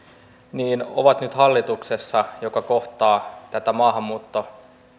ovat nyt hallituksessa joka kohtaa tätä maahanmuutto